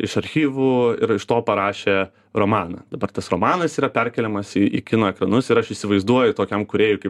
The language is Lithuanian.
iš archyvų ir iš to parašė romaną dabar tas romanas yra perkeliamas į į kino ekranus ir aš įsivaizduoju tokiam kūrėjui kaip